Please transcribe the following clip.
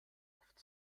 oft